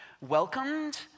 welcomed